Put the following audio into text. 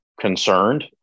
concerned